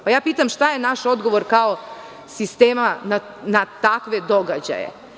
Pitam šta je naš odgovor kao sistema na takve događaje?